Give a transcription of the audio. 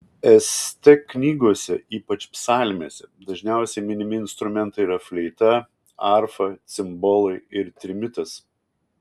st knygose ypač psalmėse dažniausiai minimi instrumentai yra fleita arfa cimbolai ir trimitas